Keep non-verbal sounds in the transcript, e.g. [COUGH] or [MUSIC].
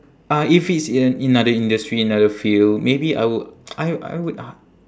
uh if it's in another industry another field maybe I would [NOISE] I I would h~